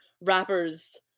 rappers